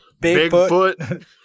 Bigfoot